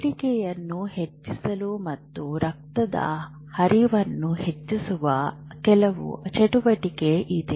ಬೇಡಿಕೆಯನ್ನು ಹೆಚ್ಚಿಸಲು ಮತ್ತು ರಕ್ತದ ಹರಿವನ್ನು ಹೆಚ್ಚಿಸುವ ಕೆಲವು ಚಟುವಟಿಕೆ ಇದೆ